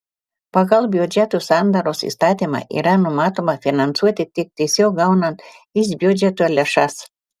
pagal biudžeto sandaros įstatymą yra numatoma finansuoti tik tiesiog gaunant iš biudžeto lėšas